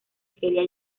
quería